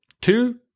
Two